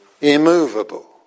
immovable